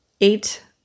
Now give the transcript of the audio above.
eight